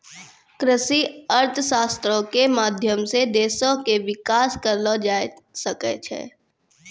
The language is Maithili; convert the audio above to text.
कृषि अर्थशास्त्रो के माध्यम से देशो के विकास करलो जाय सकै छै